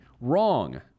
Wrong